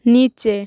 নিচে